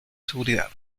seguridad